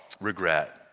regret